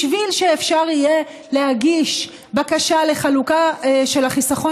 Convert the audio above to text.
בשביל שאפשר יהיה להגיש בקשה לחלוקה של החיסכון